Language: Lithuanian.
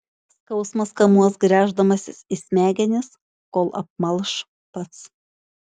skausmas kamuos gręždamasis į smegenis kol apmalš pats